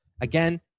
Again